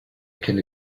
can